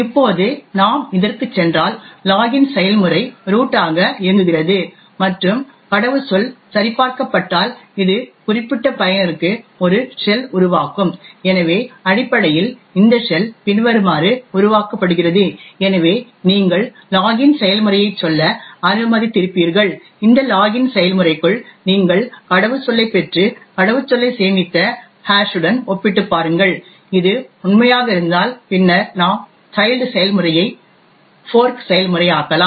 இப்போது நாம் இதற்குச் சென்றால் லாகின் செயல்முறை ரூட்டாக இயங்குகிறது மற்றும் கடவுச்சொல் சரிபார்க்கப்பட்டால் அது குறிப்பிட்ட பயனருக்கு ஒரு ஷெல் உருவாக்கும் எனவே அடிப்படையில் இந்த ஷெல் பின்வருமாறு உருவாக்கப்படுகிறது எனவே நீங்கள் லாகின் செயல்முறையைச் சொல்ல அனுமதித்திருப்பீர்கள் இந்த லாகின் செயல்முறைக்குள் நீங்கள் கடவுச்சொல்லைப் பெற்று கடவுச்சொல்லை சேமித்த ஹாஷுடன் ஒப்பிட்டுப் பாருங்கள் இது உண்மையாக இருந்தால் பின்னர் நாம் சைல்ட் செயல்முறையை ஃபோர்க் செயல்முறையாக்கலாம்